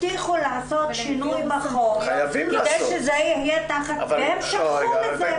הבטיחו לעשות שינוי בחוק כדי שזה יהיה תחת --- והם שכחו מזה פשוט.